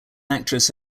actress